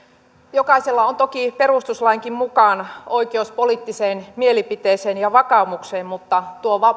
jokaisella on toki perustuslainkin mukaan oikeus poliittiseen mielipiteeseen ja vakaumukseen mutta tuo